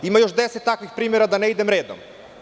Ima još deset takvih primera, da ne idem redom.